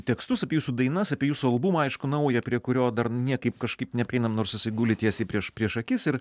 tekstus apie jūsų dainas apie jūsų albumą aišku naują prie kurio dar niekaip kažkaip neprieinam nors jisai guli tiesiai prieš prieš akis ir